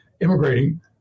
immigrating